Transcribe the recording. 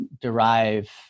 derive